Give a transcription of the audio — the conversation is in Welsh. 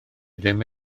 ddim